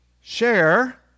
share